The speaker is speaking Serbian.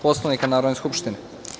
Poslovnika Narodne skupštine.